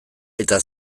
eta